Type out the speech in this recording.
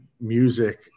music